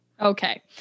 Okay